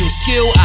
skill